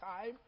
time